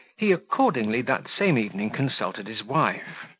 he, accordingly, that same evening consulted his wife,